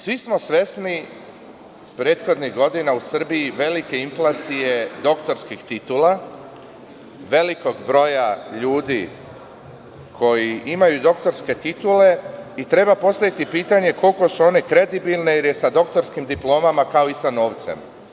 Svi smo svesni, prethodnih godina u Srbiji, velike inflacije doktorskih titula, velikog broja ljudi koji imaju doktorske titule i treba postaviti pitanje – koliko su one kredibilne, jer je sa doktorskim diplomama kao i sa novcem.